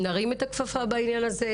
נרים את הכפפה בעניין הזה.